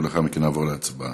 ולאחר מכן נעבור להצבעה.